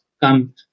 come